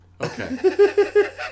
Okay